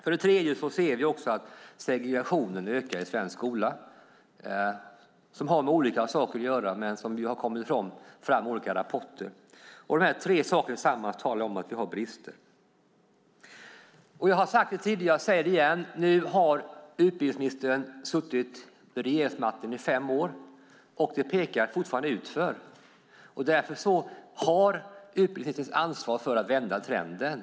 Vi ser dessutom att segregationen i svensk skola ökar. Det har kommit fram i olika rapporter, och det har att göra med olika saker. De tre sakerna tillsammans talar om att det finns brister. Jag har sagt det tidigare och säger det igen: Nu har utbildningsministern suttit med regeringsmakten i fem år, men det går fortfarande utför. Därför har utbildningsministern ansvar för att vända trenden.